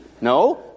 No